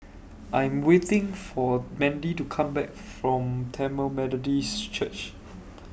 I Am waiting For Mandy to Come Back from Tamil Methodist Church